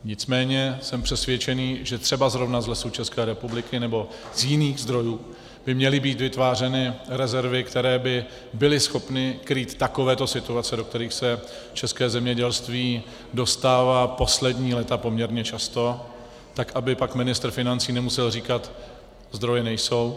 Nicméně jsem přesvědčený, že třeba zrovna z Lesů České republiky nebo z jiných zdrojů by měly být vytvářeny rezervy, které by byly schopny krýt takovéto situace, do kterých se české zemědělství dostává poslední léta poměrně často, tak, aby pak ministr financí nemusel říkat zdroje nejsou.